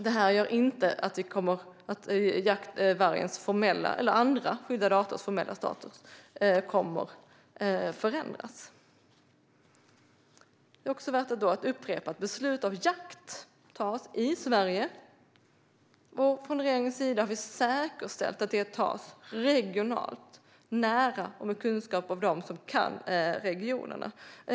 Detta gör inte att vargens eller andra skyddade arters formella status kommer att förändras. Det är också värt att upprepa att beslut om jakt tas i Sverige. Från regeringens sida har vi säkerställt att de tas regionalt, nära och baserat på kunskap hos dem som kan regionerna.